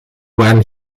waren